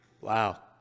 Wow